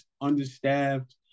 understaffed